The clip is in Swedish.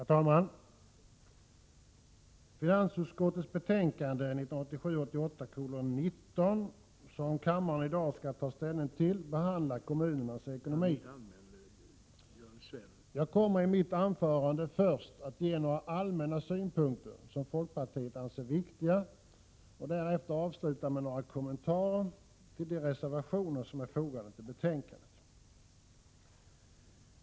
Herr talman! I finansutskottets betänkande 1987/88:19, som kammaren i dag skall ta ställning till, behandlas kommunernas ekonomi. Jag kommer i mitt anförande att först ge några allmänna synpunkter som folkpartiet anser viktiga, och därefter kommer jag att avsluta med några kommentarer till de reservationer som är fogade till betänkandet.